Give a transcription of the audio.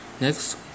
Next